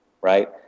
right